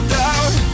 doubt